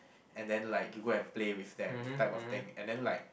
and then like you go and play with them type of thing and then like